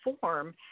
form